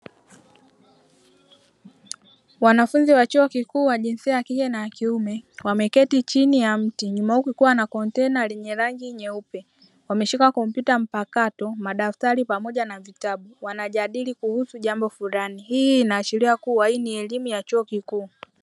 Wanafunzi wa chuo kikuu wa jinsia ya kike na ya kiume wameketi chini ya mti, nyuma yao kukiwa na kontena lenye rangi nyeupe, wameshika kompyuta mpakato, madaftari pamoja na vitabu, wanajadili kuhusu jambo fulani, hii inaashiria kuwa hii ni elimu ya chuo kikuu.